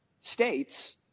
states